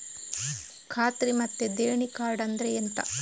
ಖಾತ್ರಿ ಮತ್ತೆ ದೇಣಿ ಕಾರ್ಡ್ ಅಂದ್ರೆ ಎಂತ?